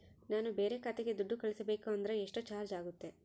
ನಾನು ಬೇರೆ ಖಾತೆಗೆ ದುಡ್ಡು ಕಳಿಸಬೇಕು ಅಂದ್ರ ಎಷ್ಟು ಚಾರ್ಜ್ ಆಗುತ್ತೆ?